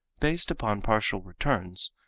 based upon partial returns,